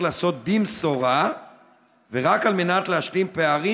להיעשות במשורה ורק על מנת להשלים פערים,